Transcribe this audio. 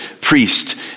priest